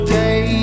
day